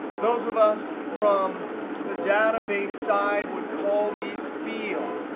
those of us from the database side would call these fields.